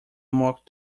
mock